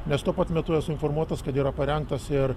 nes tuo pat metu esu informuotas kad yra parengtas ir